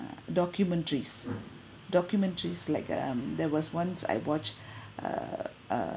documentaries documentaries like um there was once I watched err uh